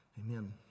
Amen